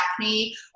acne